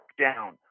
down